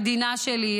מדינה שלי,